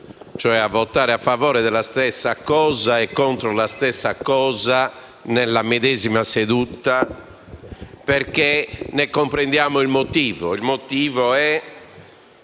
(a votare a favore della stessa cosa e contro la stessa cosa nella medesima seduta) perché ne comprendiamo il motivo: una visione